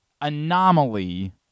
anomaly